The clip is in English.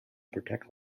protect